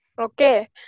Okay